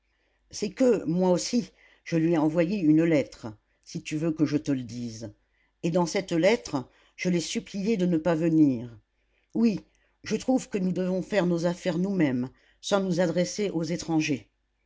c'est que moi aussi je lui ai envoyé une lettre si tu veux que je te le dise et dans cette lettre je l'ai supplié de ne pas venir oui je trouve que nous devons faire nos affaires nous-mêmes sans nous adresser aux étrangers